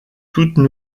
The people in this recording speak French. toutes